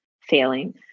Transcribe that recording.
failing